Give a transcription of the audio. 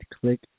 Click